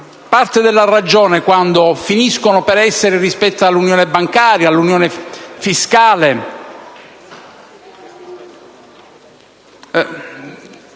parte della ragione quando finiscono per essere rispetto all'unione bancaria e all'unione fiscale